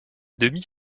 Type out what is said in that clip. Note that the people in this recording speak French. demi